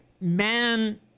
man